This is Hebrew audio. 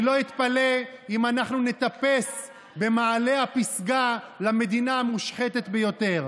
אני לא אתפלא אם נטפס במעלה הפסגה לתואר המדינה המושחתת ביותר.